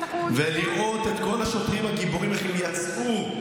ולראות את כל השוטרים הגיבורים, איך הם יצאו,